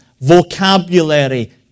Vocabulary